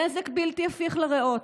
נזק בלתי הפיך לריאות,